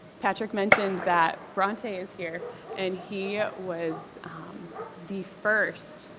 patrick mentioned that bront is here and he was the first